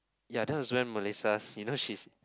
ya that was when Melissa you know she's